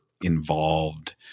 involved